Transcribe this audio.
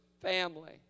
family